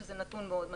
שזה נתון מאוד מטריד.